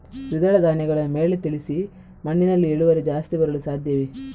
ದ್ವಿದಳ ಧ್ಯಾನಗಳನ್ನು ಮೇಲೆ ತಿಳಿಸಿ ಮಣ್ಣಿನಲ್ಲಿ ಇಳುವರಿ ಜಾಸ್ತಿ ಬರಲು ಸಾಧ್ಯವೇ?